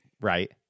right